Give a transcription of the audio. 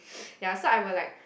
ya so I will like